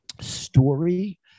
story